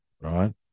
Right